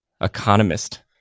Economist